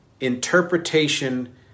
interpretation